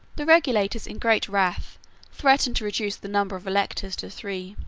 the regulators in great wrath threatened to reduce the number of electors to three.